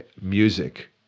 music